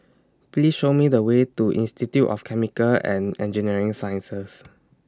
Please Show Me The Way to Institute of Chemical and Engineering Sciences